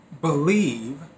believe